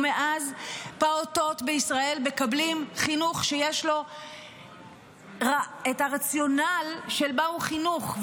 ומאז פעוטות בישראל מקבלים חינוך שיש לו הרציונל של מהו חינוך,